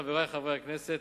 חברי חברי הכנסת,